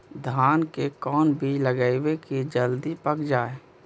धान के कोन बिज लगईयै कि जल्दी पक जाए?